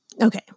Okay